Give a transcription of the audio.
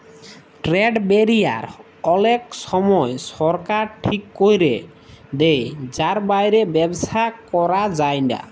trade barrier অলেক সময় সরকার ঠিক ক্যরে দেয় যার বাইরে ব্যবসা ক্যরা যায়লা